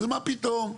מה פתאום.